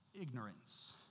Ignorance